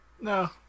No